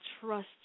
trust